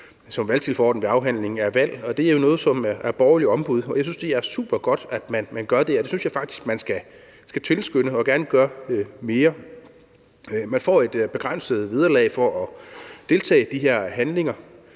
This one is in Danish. og valgtilforordnet ved afvikling af valg. Det er jo noget, som er borgerligt ombud, og jeg synes, at det er super godt, at nogen gør det. Det synes jeg faktisk man skal tilskynde til at gerne gøre i større omfang. Man får et begrænset vederlag for at deltage i de her handlinger,